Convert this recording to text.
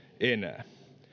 enää